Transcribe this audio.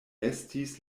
estis